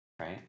Right